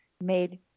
made